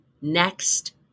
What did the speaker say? next